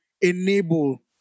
enable